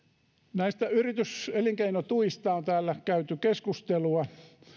yrityselinkeinotuista on täällä käyty keskustelua